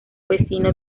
vecino